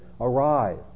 arrive